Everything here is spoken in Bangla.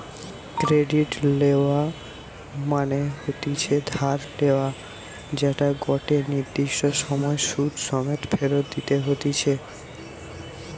ক্রেডিট লেওয়া মনে হতিছে ধার লেয়া যেটা গটে নির্দিষ্ট সময় সুধ সমেত ফেরত দিতে হতিছে